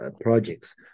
projects